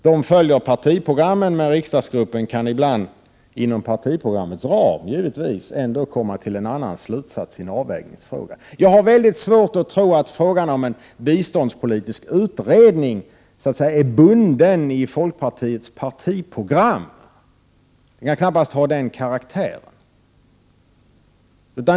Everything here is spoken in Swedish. De följer partiprogrammet, men riksdagsgruppen kan ibland — inom partiprogrammets ram givetvis — i en avvägningsfråga ändå komma till en annan slutsats än våra utskottsrepresentanter. Jag har väldigt svårt att tro att frågan om en biståndspolitisk utredning är bunden i folkpartiets partiprogram. Den frågan kan knappast ha den karaktären.